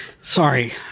Sorry